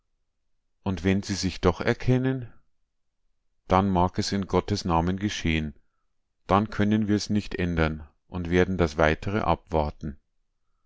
und wenn sie sich doch erkennen dann mag es in gottes namen geschehen dann können wir's nicht andern und werden das weitere abwarten